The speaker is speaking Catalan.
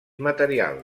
material